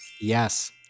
Yes